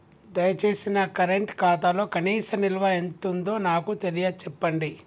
దయచేసి నా కరెంట్ ఖాతాలో కనీస నిల్వ ఎంతుందో నాకు తెలియచెప్పండి